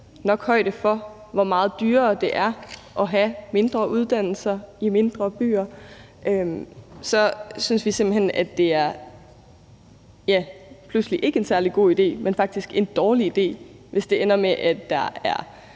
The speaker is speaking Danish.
nok højde for, hvor meget dyrere det er at have mindre uddannelser i mindre byer, så synes vi simpelt hen pludselig ikke, det er en særlig god idé. Men det er faktisk en dårlig idé, hvis det ender med, at der er